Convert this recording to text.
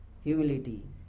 humility